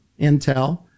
intel